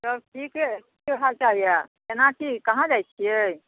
सब ठीक हय की हाल चाल यऽ केना की कहाँ जाइत छियै